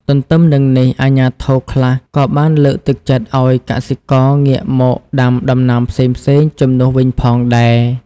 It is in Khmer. ទន្ទឹមនឹងនេះ អាជ្ញាធរខ្លះក៏បានលើកទឹកចិត្តឲ្យកសិករងាកមកដាំដំណាំផ្សេងៗជំនួសវិញផងដែរ។